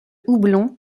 houblon